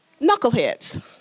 knuckleheads